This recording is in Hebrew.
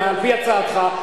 על-פי הצעתך.